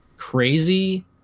Crazy